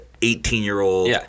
18-year-old